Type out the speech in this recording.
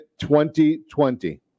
2020